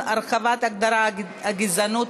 הרחבת הגדרת הגזענות),